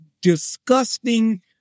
disgusting